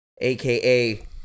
aka